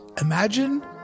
imagine